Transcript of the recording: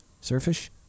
Surface